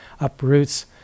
uproots